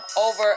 over